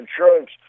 Insurance